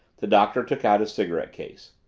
the doctor took out his cigarette case.